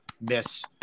miss